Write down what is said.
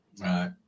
Right